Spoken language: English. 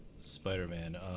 Spider-Man